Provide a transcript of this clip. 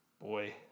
boy